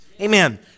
Amen